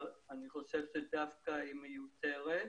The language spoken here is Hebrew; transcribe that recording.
אבל אני חושב שהיא מיותר.